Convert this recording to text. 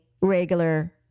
regular